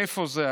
איפה זה?